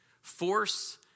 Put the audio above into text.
Force